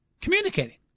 communicating